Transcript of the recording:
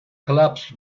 collapsed